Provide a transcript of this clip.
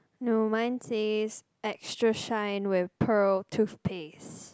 no mine says extra shine with pure toothpaste